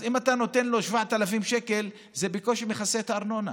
אז אם אתה נותן לו 7,000 שקל זה בקושי מכסה את הארנונה.